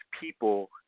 people